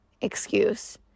excuse